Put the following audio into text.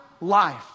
life